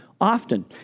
often